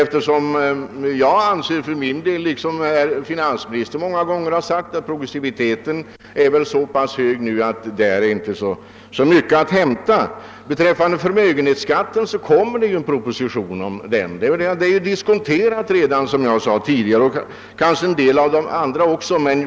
För min del anser jag — något som också finansministern många gånger gett uttryck för — att progressiviteten nu är så pass hög, att där inte är mycket att hämta. Vad förmögenhetsskatten beträffar kommer det en proposition. Den saken liksom andra är, som jag tidigare sade, redan diskonterad.